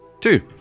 Two